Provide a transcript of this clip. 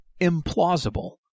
implausible